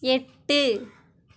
எட்டு